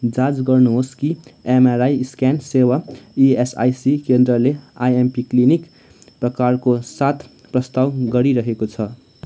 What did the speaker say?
जाँच गर्नुहोस् कि एमआरआई स्क्यान सेवा इएसआइसी केन्द्रले आइएमपी क्लिनिक प्रकारको साथ प्रस्ताव गरिरहेको छ